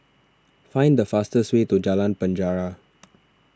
find the fastest way to Jalan Penjara